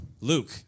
Luke